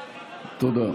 תודה.